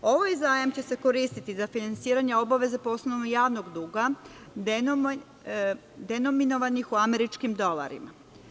Ovaj zajam će se koristiti za finansiranje obaveza po osnovu javnog duga denominovanih u američkim dolarima.